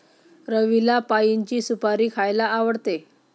रवीला पाइनची सुपारी खायला आवडते